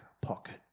pocket